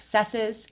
successes